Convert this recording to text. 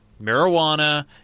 marijuana –